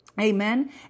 Amen